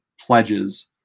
pledges